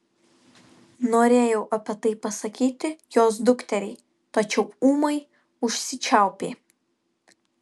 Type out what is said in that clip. norėjo apie tai pasakyti jos dukteriai tačiau ūmai užsičiaupė